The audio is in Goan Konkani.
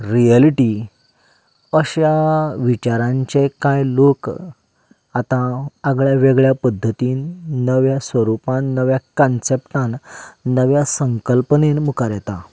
रियेलिटी अशा विचारांचे कांय लोक आतां आगळ्या वेगळ्या पद्दतीन नव्या स्वरुपान नव्या कन्सेप्टान नव्या संकल्पनेन मुखार येता